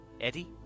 Eddie